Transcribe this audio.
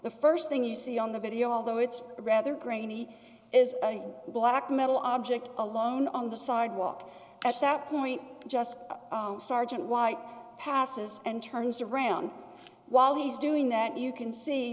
the st thing you see on the video although it's rather grainy is a black metal object alone on the sidewalk at that point just sergeant white passes and turns around while he's doing that you can see